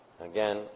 Again